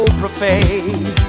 profane